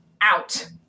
out